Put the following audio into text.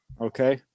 Okay